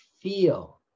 Feel